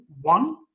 one